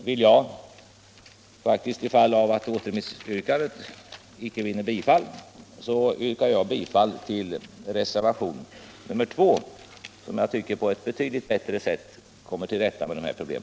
För den händelse återremissyrkandet icke vinner bifall, yrkar jag bifall till reservationen 2, som jag tycker på ett betydligt bättre sätt än utskottsmajoritetens förslag kommer till rätta med dessa problem.